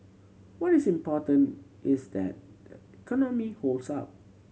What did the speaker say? what is important is that the economy holds up